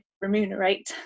remunerate